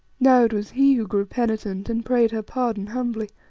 now it was he who grew penitent and prayed her pardon humbly.